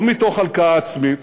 לא מתוך הלקאה עצמית,